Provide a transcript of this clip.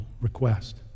request